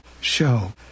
show